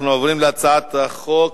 אנחנו עוברים להצעת חוק